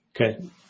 Okay